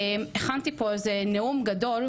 הכנתי פה איזה נאום גדול,